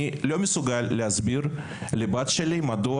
אני לא מסוגל להסביר לבת שלי מדוע